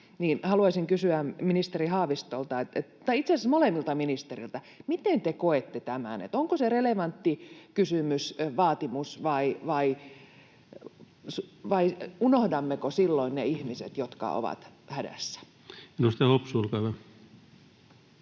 Haavistolta — tai itse asiassa molemmilta ministereiltä: Miten te koette tämän? Onko se relevantti vaatimus, vai unohdammeko silloin ne ihmiset, jotka ovat hädässä? [Speech 282] Speaker: